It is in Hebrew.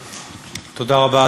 3373, 3375, 3377, 3379, 3386 ו-3387.